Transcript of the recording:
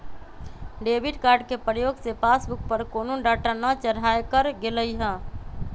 debit card के प्रयोग से पासबुक पर कोनो डाटा न चढ़ाएकर गेलइ ह